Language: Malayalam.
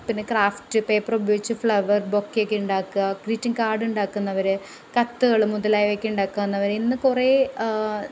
പിന്നെ ക്രാഫ്റ്റ് പേപ്പറുപയോഗിച്ച് ഫ്ലവർ ബൊക്കെയൊക്കെ ഉണ്ടാക്കുക ഗ്രീറ്റിങ് കാഡുണ്ടാക്കുന്നവർ കത്തുകൾ മുതലായവയൊക്കെ ഉണ്ടാക്കുന്നവർ ഇന്ന് കുറേ